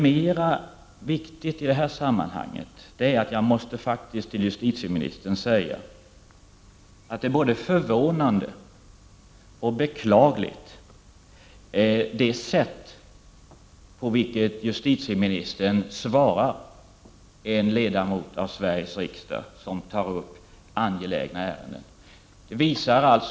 Men det sätt på vilket justitieministern svarar en ledamot av Sveriges riksdag som tar upp angelägna ärenden är både förvånande och beklagligt.